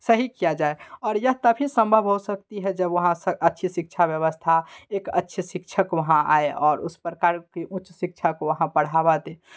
सही किया जाए और यह तभी संभव हो सकती है जब वहाँ से अच्छी शिक्षा व्यवस्था एक अच्छे शिक्षक वहाँ आएँ और उस प्रकार फिर उच्च शिक्षा को वहाँ बढ़ावा दें